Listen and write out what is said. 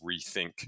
rethink